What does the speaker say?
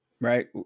Right